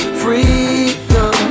freedom